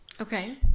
Okay